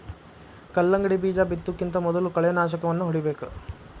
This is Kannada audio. ಕಲ್ಲಂಗಡಿ ಬೇಜಾ ಬಿತ್ತುಕಿಂತ ಮೊದಲು ಕಳೆನಾಶಕವನ್ನಾ ಹೊಡಿಬೇಕ